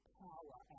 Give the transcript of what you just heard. power